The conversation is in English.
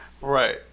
Right